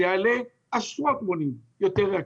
זה יעלה עשרות מונים יותר יקר.